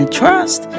trust